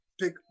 pick